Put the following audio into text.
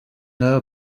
know